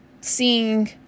seeing